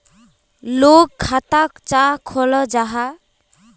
लोग खाता चाँ खोलो जाहा?